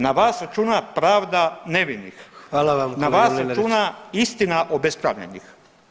Na vas računa pravda nevinih [[Upadica predsjednik: Hvala vam kolega Mlinarić.]] Na vas računa istina obespravljenih.